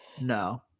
No